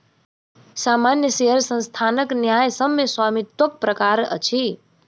सामान्य शेयर संस्थानक न्यायसम्य स्वामित्वक प्रकार अछि